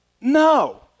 no